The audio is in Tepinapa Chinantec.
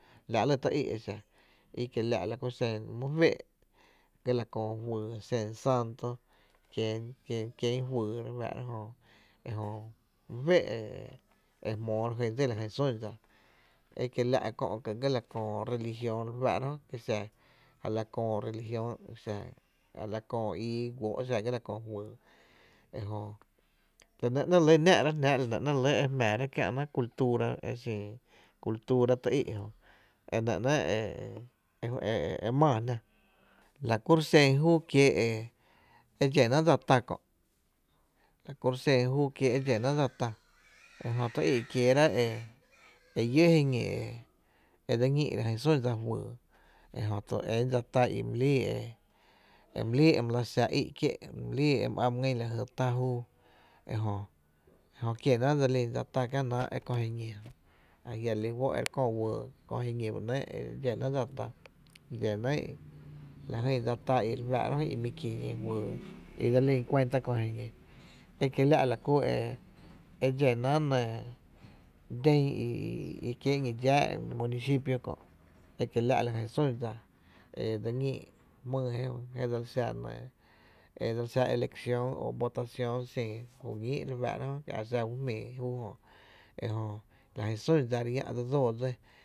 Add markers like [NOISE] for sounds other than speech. La’ lɇ tý í’ e xa e la ku xen mý féé’ ga la Köö juyy xen santo kien [HESITATION] kién juyy re fáá’ra e jö my féé’ e jmóo e jyn dsíla jyn sún dsa ekie la’ kö’ ga la köö religión re fáá’ra jö a la köö religión xa a la köö ii guó’ xa ga la köö juyy e jö, la nɇ ‘nɇɇ’ re lɇ náá’ rá’ jnáá’ kiä’náá’ cultura e xin cultura tý í’ jï e nɇ ‘nɇɇ’ e maa jná, la kuro’ xen júu kiee’ e dxénaáá’ dsa tá kö’ la ku xen e dxénáá’ dsa tá e jö tý i’ kieerá’ e lló’ jiñi e dse ñíi’ lajyn sún juyye jö én dsa tá e my líi my la xá í’ kié’ e my lii e my á my ngýn lajy tá júu ejö, ejö kienáá’ e dse lin dsa tá kienáá’ e kö jiñi jö ajia’ re lí fó’ e re kö wÿÿ köö jiñoi ba ‘nɇɇ’ e dxénáá’ dsa tá dxénaá’ la jy dsa tá re fáá’ra jö i mi ki juyy i dse lín cuenta kö jiñi e kieña’ la kú e dxénaá´’ nɇɇ la ku i xin den nɇɇ i kien ñó’ dxáá’ municipio kö’ e kieña’ la’ la jy sún dsa e dse ñíí’ jmýy je dse xa eleción o votación xin juñíi’ re fá’ra jö a exa ju jmíi e re era júu jö, la jyn sún dsa dse dsóo dsí.